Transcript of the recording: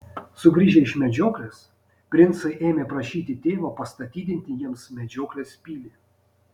sugrįžę iš medžioklės princai ėmė prašyti tėvą pastatydinti jiems medžioklės pilį